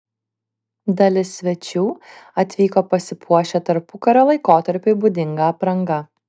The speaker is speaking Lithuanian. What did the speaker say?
dalis svečių atvyko pasipuošę tarpukario laikotarpiui būdinga apranga